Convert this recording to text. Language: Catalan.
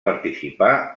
participar